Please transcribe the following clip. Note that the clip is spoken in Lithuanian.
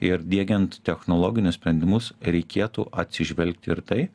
ir diegiant technologinius sprendimus reikėtų atsižvelgti ir į tai